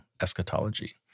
eschatology